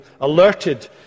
alerted